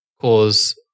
cause